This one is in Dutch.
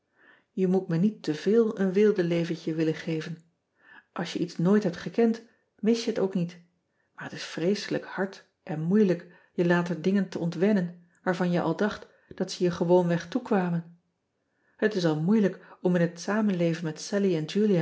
e moet me niet te veel een weeldeleventje willen geven ls je iets nooit hebt gekend mis je het ook niet maar het is vreeselijk hard en moeilijk je later dingen te ontwennen waarvan je al dacht dat ze je gewoonweg toekwamen et is al moeilijk om in het samenleven met allie en ulia